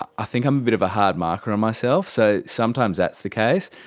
i think i'm a bit of a hard marker on myself, so sometimes that's the case.